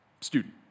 student